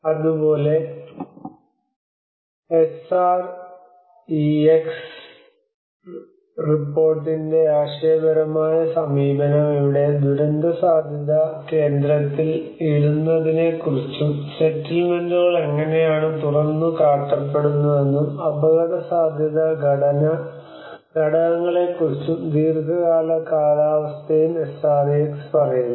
അതുപോലെ S S R E X റിപ്പോർട്ടിന്റെ ആശയപരമായ സമീപനം ഇവിടെ ദുരന്തസാധ്യത കേന്ദ്രത്തിൽ ഇടുന്നതിനെക്കുറിച്ചും സെറ്റിൽമെന്റുകൾ എങ്ങനെയാണ് തുറന്നുകാട്ടപ്പെടുന്നതെന്നും അപകടസാധ്യത ഘടകങ്ങളെക്കുറിച്ചും ദീർഘകാല കാലാവസ്ഥയും SREX പറയുന്നു